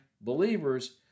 believers